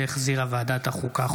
שהחזירה ועדת החוקה,